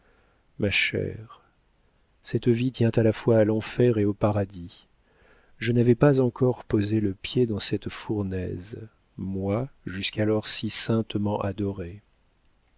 ma chère cette vie tient à la fois à l'enfer et au paradis je n'avais pas encore posé le pied dans cette fournaise moi jusqu'alors si saintement adorée